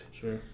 Sure